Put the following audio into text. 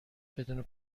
بدون